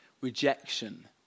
rejection